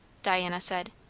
diana said,